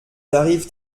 arrivent